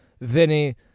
Vinny